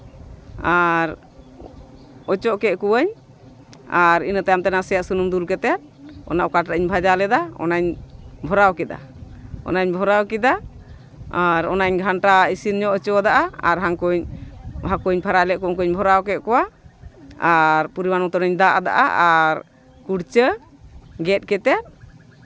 ᱟᱨ ᱚᱪᱚᱜ ᱠᱮᱜ ᱠᱚᱣᱟᱧ ᱟᱨ ᱤᱱᱟᱹ ᱛᱟᱭᱚᱢ ᱛᱮ ᱱᱟᱥᱮᱭᱟᱜ ᱥᱩᱱᱩᱢ ᱫᱩᱞ ᱠᱟᱛᱮᱫ ᱚᱱᱟ ᱚᱠᱟᱴᱟᱜ ᱤᱧ ᱵᱷᱟᱡᱟ ᱞᱮᱫᱟ ᱚᱱᱟᱧ ᱵᱷᱚᱨᱟᱣ ᱠᱮᱫᱟ ᱚᱱᱟᱧ ᱵᱷᱚᱨᱟᱣ ᱠᱮᱫᱟ ᱟᱨ ᱚᱱᱟᱧ ᱜᱷᱟᱱᱴᱟ ᱤᱥᱤᱱ ᱧᱚᱜ ᱦᱚᱪᱚᱣᱟᱜᱼᱟ ᱟᱨ ᱦᱟᱹᱱᱠᱩ ᱦᱟᱹᱠᱩᱧ ᱵᱷᱚᱨᱟᱣ ᱞᱮᱜ ᱠᱚ ᱩᱱᱠᱩᱧ ᱵᱷᱚᱨᱟᱣ ᱠᱮᱜ ᱠᱚᱣᱟ ᱟᱨ ᱯᱚᱨᱤᱢᱟᱱ ᱢᱚᱛᱚᱱ ᱤᱧ ᱫᱟᱜ ᱟᱫᱟ ᱟᱨ ᱠᱩᱲᱪᱟᱹ ᱜᱮᱫ ᱠᱟᱛᱮᱫ